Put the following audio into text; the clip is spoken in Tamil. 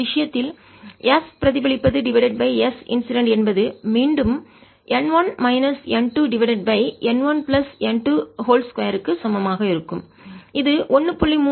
இந்த விஷயத்தில் S பிரதிபலிப்பது டிவைடட் பை S இன்சிடென்ட் என்பது மீண்டும் n 1 minus n 2 divided by n 1 plus n 2 2 க்கு சமமாக இருக்கும் இது 1